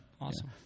Awesome